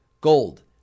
gold